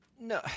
No